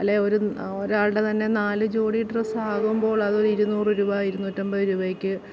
അല്ലേ ഒരു ഒരാളുടെ തന്നെ നാല് ജോഡി ഡ്രെസ്സാവുമ്പോൾ അതൊരു ഇരുന്നൂറ് രൂപ ഇരുനൂറ്റി അമ്പത് രൂപയ്ക്ക്